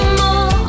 more